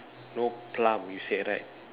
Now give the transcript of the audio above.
no plum you said right